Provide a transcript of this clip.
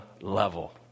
level